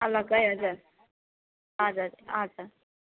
अलगै हजुर हजुर हजुर